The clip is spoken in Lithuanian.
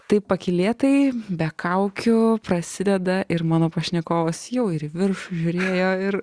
taip pakylėtai be kaukių prasideda ir mano pašnekovas jau ir virš žiūrėjo ir